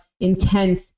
intense